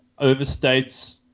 overstates